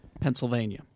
Pennsylvania